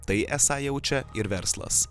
tai esą jaučia ir verslas